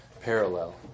parallel